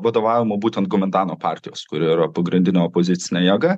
vadovavimo būtent komentano partijos kuri yra pagrindinė opozicinė jėga